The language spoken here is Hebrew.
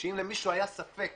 שאם למישהו היה ספק